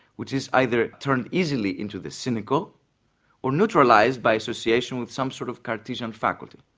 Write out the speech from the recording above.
which is either turned easily into the cynical or neutralised by association with some sort of cartesian faculty.